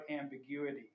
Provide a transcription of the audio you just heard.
ambiguity